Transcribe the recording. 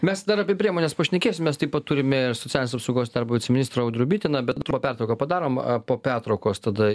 mes dar apie priemones pašnekėsim mes taip pat turime ir socialinės apsaugos darbo viceministrą audrių bitiną bet pertrauką padarom po pertraukos tada